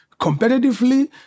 competitively